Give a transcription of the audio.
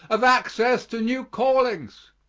of access to new callings.